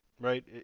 right